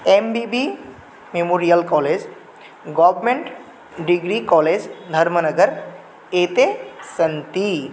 M B B memorial college government degree college नर्मनगर् एते सन्ति